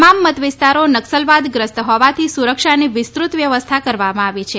તમામ મતવિસ્તારો નક્સલવાદગ્રસ્ત હોવાથી સુરક્ષાની વિસ્તૃત વ્યવસ્થા કરવામાં આવી છે